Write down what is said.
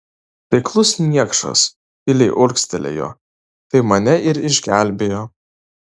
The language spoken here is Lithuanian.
taiklus niekšas tyliai urgztelėjo tai mane ir išgelbėjo